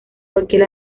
cualquier